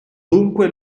dunque